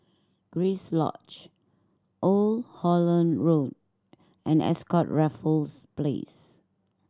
Grace Lodge Old Holland Road and Ascott Raffles Place